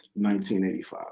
1985